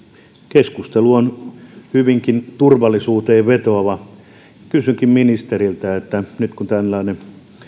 keskustelu on hyvinkin turvallisuuteen vetoavaa ja kysynkin ministeriltä nyt kun tällainen